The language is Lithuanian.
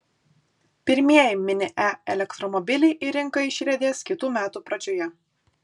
pirmieji mini e elektromobiliai į rinką išriedės kitų metų pradžioje